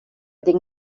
ging